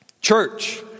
Church